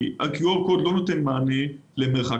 כי הקוד QR לא נותן מענה לעניין המרחק,